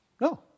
No